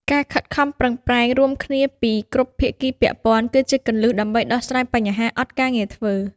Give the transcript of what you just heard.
ការខិតខំប្រឹងប្រែងរួមគ្នាពីគ្រប់ភាគីពាក់ព័ន្ធគឺជាគន្លឹះដើម្បីដោះស្រាយបញ្ហាអត់ការងារធ្វើ។